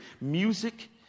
music